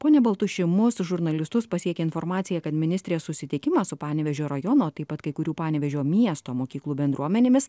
pone baltuši mūsų žurnalistus pasiekė informacija kad ministrės susitikimas su panevėžio rajono taip pat kai kurių panevėžio miesto mokyklų bendruomenėmis